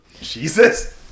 Jesus